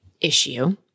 issue